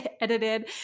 edited